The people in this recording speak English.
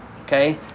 okay